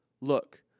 Look